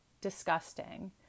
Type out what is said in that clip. disgusting